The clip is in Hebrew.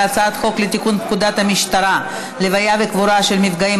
הצעת חוק לתיקון פקודת המשטרה (לוויה וקבורה של מפגעים),